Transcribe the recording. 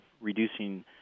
reducing